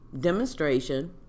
demonstration